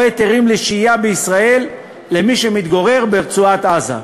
היתרים לשהייה בישראל למי שמתגורר ברצועת-עזה.